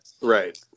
Right